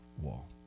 wall